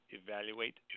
evaluate